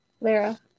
Lara